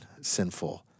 sinful